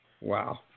Wow